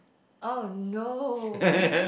oh no